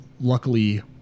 Luckily